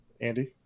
Andy